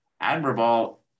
admirable